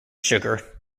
sugar